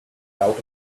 out